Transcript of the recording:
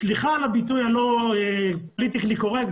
סליחה על הביטוי הלא פוליטיקלי קורקט,